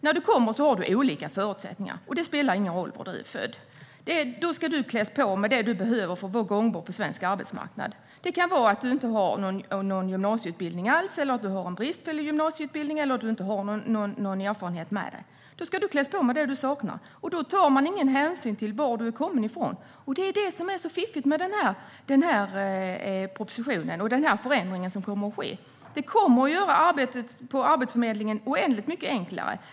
När du kommer har du olika förutsättningar, och det spelar ingen roll var du är född. Då ska du kläs på det du behöver för att vara gångbar på svensk arbetsmarknad. Det kan vara att du inte har någon gymnasieutbildning alls eller en bristfällig gymnasieutbildning, eller att du inte har någon erfarenhet med dig. Du kläs på det du saknar, och då tar man ingen hänsyn till var du kommer ifrån. Det är det som är så fiffigt med den här propositionen och den förändring som kommer att ske. Det kommer att göra arbetet på Arbetsförmedlingen oändligt mycket enklare.